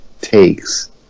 takes